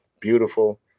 Beautiful